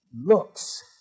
looks